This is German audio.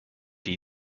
die